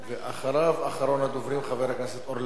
ואחריו, אחרון הדוברים, חבר הכנסת אורלב.